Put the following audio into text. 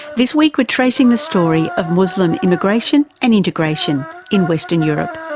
this week we are tracing the story of muslim immigration and integration in western europe.